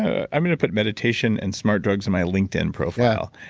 i'm going to put meditation and smart drugs on my linkedin profile.